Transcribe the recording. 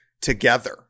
together